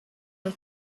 and